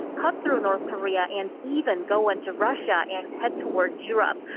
cut through north korea and even go into russia and head towards europe.